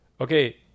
Okay